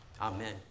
Amen